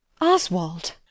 Oswald